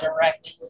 direct